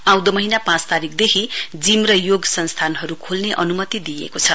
आउँदो महीना पाँच तारीकदेखि जिम र योग संस्थाहरु खोल्ने अन्मति दिइएको छ